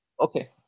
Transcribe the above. Okay